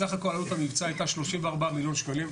סך הכל עלות המבצע הייתה 34 מיליון שקלים.